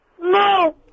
No